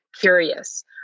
curious